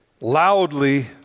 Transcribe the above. loudly